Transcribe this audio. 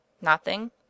Nothing